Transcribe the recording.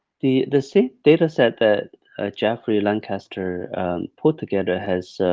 the the same data set, that jeffry lancaster put together has,